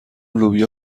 لوبیا